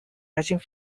catching